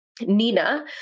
Nina